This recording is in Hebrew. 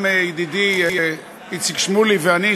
ידידי איציק שמולי ואני,